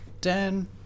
Dan